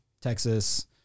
Texas